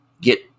get